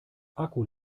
akku